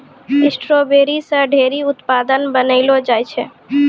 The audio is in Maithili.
स्ट्राबेरी से ढेरी उत्पाद बनैलो जाय छै